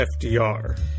FDR